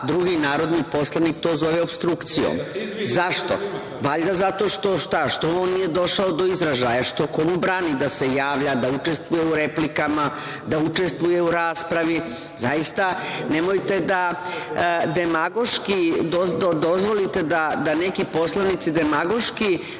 drugi narodni poslanik to zove opstrukcijom.Zašto? Valjda zato što on nije došao do izražaja, a ko mu brani da se javlja, da učestvuje u replikama, da učestvuje u raspravi. Zaista, nemojte da demagoški dozvolite da neki poslanici demagoški